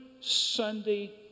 Sunday